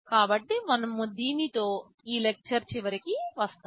కాబట్టిమనము దీనితో ఈ లెక్చర్ చివరికి వస్తాము